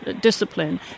discipline